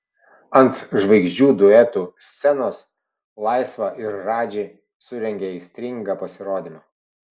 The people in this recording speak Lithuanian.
ant žvaigždžių duetų scenos laisva ir radži surengė aistringą pasirodymą